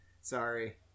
Sorry